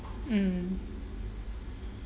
mm